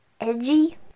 edgy